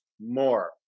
more